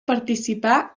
participar